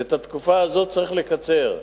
ואת התקופה הזאת צריך לקצר.